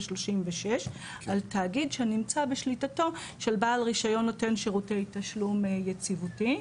ו-36 על תאגיד שנמצא בשליטתו של בעל רישיון נותן שירותי תשלום יציבותי.